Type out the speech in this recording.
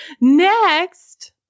Next